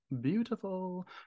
beautiful